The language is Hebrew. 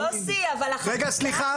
יוסי, אבל החקיקה הזאת קשורה --- רגע, סליחה.